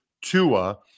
Tua